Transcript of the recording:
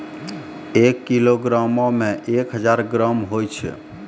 एक किलोग्रामो मे एक हजार ग्राम होय छै